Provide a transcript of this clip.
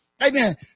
Amen